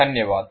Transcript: धन्यवाद